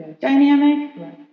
dynamic